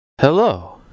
Hello